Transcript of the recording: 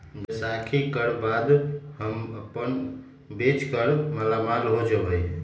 बैसाखी कर बाद हम अपन बेच कर मालामाल हो जयबई